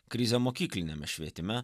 krizė mokykliniame švietime